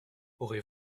aurez